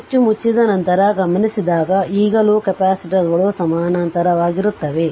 switch ಮುಚ್ಚಿದ ನಂತರ ಗಮನಿಸಿದಾಗ ಈಗಲೂ ಕೆಪಾಸಿಟರ್ಗಳು ಸಮಾನಾಂತರವಾಗಿರುತ್ತವೆ